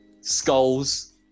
Skulls